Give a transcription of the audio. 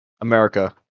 America